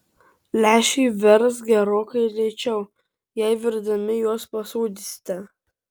lęšiai virs gerokai lėčiau jei virdami juos pasūdysite